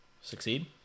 succeed